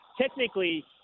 technically